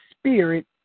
spirit